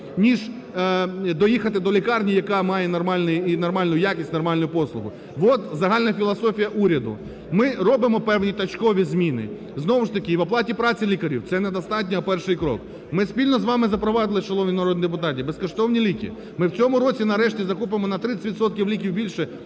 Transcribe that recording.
ніж поїхати до лікарні, яка має нормальний і нормальну якість, нормальну послугу. От загальна філософія уряду. Ми робимо певні точкові зміни, знову ж таки і в оплаті праці лікарю, це недостатньо, а перший крок, ми спільно з вами запровадили, шановні народні депутати, безкоштовні ліки, ми в цьому році нарешті закупимо на 30 відсотків ліків більше